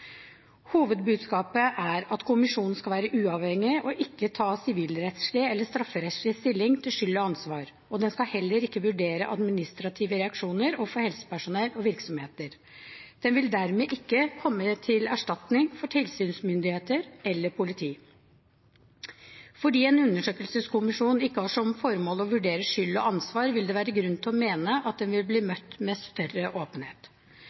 Hovedbudskapet er at kommisjonen skal være uavhengig og ikke ta sivilrettslig eller strafferettslig stilling til skyld og ansvar, og den skal heller ikke vurdere administrative reaksjoner overfor helsepersonell og virksomheter. Den vil dermed ikke komme til erstatning for tilsynsmyndigheter eller politi. Fordi en undersøkelseskommisjon ikke har som formål å vurdere skyld og ansvar, vil det være grunn til å mene at den vil bli møtt med større åpenhet.